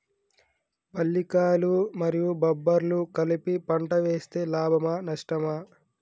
పల్లికాయలు మరియు బబ్బర్లు కలిపి పంట వేస్తే లాభమా? నష్టమా?